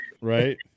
Right